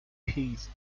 peas